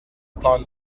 upon